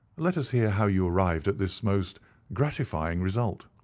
let us hear how you arrived at this most gratifying result.